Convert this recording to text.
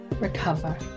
recover